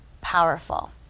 powerful